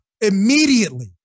immediately